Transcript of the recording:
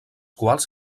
quals